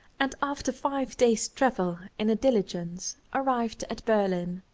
and after five days travel in a diligence arrived at berlin.